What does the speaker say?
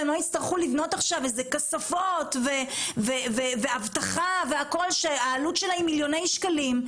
והם לא יצטרכו לבנות עכשיו כספות ואבטחה שהעלות שלהם מיליוני שקלים,